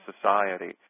society